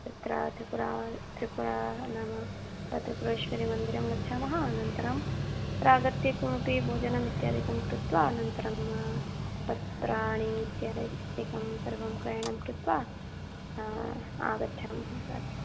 तत्र त्रिपुरा त्रिपुरा नाम तत् त्रिपुरेश्वरीमन्दिरं गच्छामः अनन्तरम् अत्र आगत्य किमपि भोजनम् इत्यादिकं कृत्वा अनन्तरं प्राणि इत्यादिकं सर्वं क्रयणं कृत्वा आगच्छामः रात्रौ